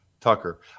Tucker